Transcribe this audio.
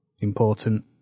important